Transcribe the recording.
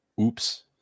Oops